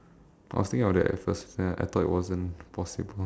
I was thinking of that at first then I thought it wasn't possible